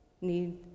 need